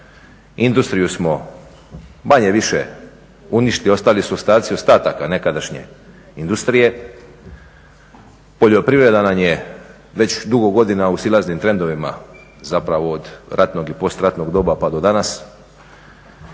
industriju smo manje-više uništili, ostali su ostaci ostatak nekadašnje industrije, poljoprivreda nam je već dugo godina u silaznim trendovima, zapravo od ratnog i postratnog doba pa do danas